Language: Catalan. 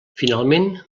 finalment